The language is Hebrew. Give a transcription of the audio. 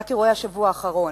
רק אירועי השבוע האחרון.